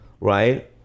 right